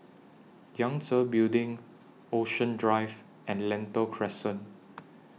Yangtze Building Ocean Drive and Lentor Crescent